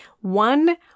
one